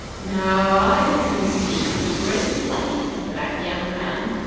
now, i had conceived a great liking for that young man,